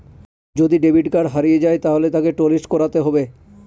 যদি debit card হারিয়ে যায় তাহলে তাকে টলিস্ট করাতে হবে